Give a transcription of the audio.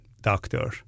doctor